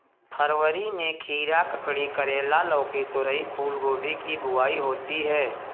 फरवरी में खीरा, ककड़ी, करेला, लौकी, तोरई, फूलगोभी की बुआई होती है